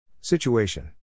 Situation